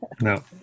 no